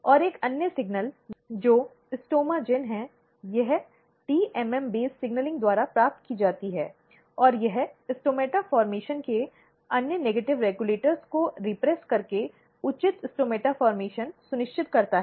और एक अन्य सिग्नलिंग जो STOMAGEN है यह TMM आधारित सिग्नलिंग द्वारा प्राप्त की जाती है और यह स्टोमेटा गठन के अन्य नकारात्मक रिग्यलेटर को दबाकर उचित स्टोमेटा सुनिश्चित करता है